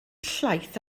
llaeth